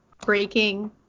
breaking